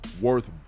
worth